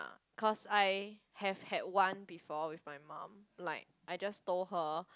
cause I have had one before with my mom like I just told her